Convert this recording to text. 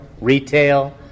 retail